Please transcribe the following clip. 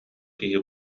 киһи